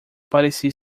parecia